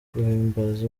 guhimbaza